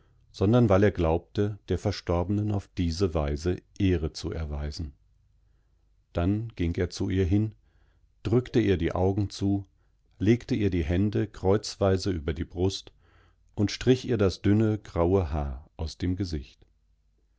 nicht weil er das bedürfnis hatte besser zu sehen als bisher sondern weil erglaubte derverstorbenenaufdieseweiseehrezuerweisen dann ging er zu ihr hin drückte ihr die augen zu legte ihr die hände kreuzweise über die brust und strich ihr das dünne graue haar aus dem gesicht